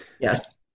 Yes